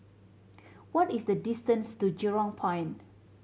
what is the distance to Jurong Point